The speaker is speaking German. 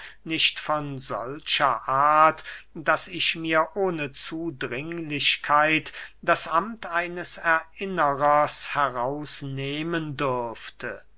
nicht von solcher art daß ich mir ohne zudringlichkeit das amt eines erinnerers herausnehmen dürfte